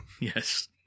yes